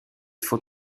faux